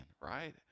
right